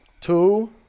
Two